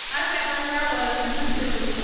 i sat right where i was and took a picture.